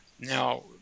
now